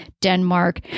Denmark